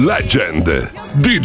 Legend